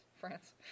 France